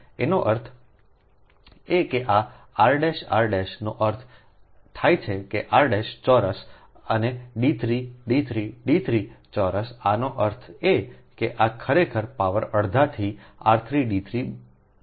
એનો અર્થ એ કે આ r r નો અર્થ થાય છે r ચોરસ અને d3 d3 d3 ચોરસઆનો અર્થ એ કે આ ખરેખર પાવર અડધાથી r3d3 બનશે